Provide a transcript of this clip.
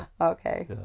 Okay